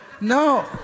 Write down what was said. no